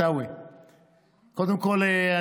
קודם כול,